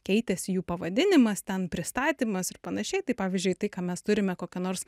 keitėsi jų pavadinimas ten pristatymas ir panašiai tai pavyzdžiui tai ką mes turime kokią nors